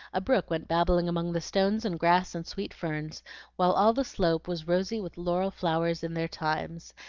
a brook went babbling among the stones and grass and sweet-ferns, while all the slope was rosy with laurel-flowers in their times,